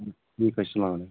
ٹھیٖک حظ چھُ السَلام علیکم